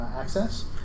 access